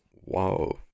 Wow